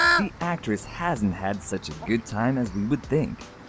the actress hasn't had such a good time as we would think.